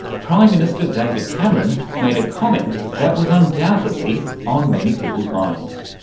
prime minister david cameron made a comment that was undoubtedly on many people's minds.